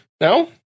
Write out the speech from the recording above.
no